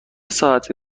ساعتی